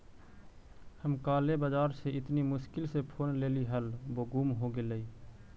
हम काले बाजार से इतनी मुश्किल से फोन लेली हल वो गुम हो गेलई